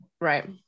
Right